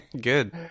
Good